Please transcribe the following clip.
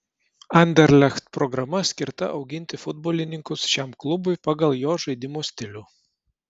anderlecht programa skirta auginti futbolininkus šiam klubui pagal jo žaidimo stilių